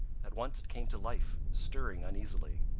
at once it came to life, stirring uneasily.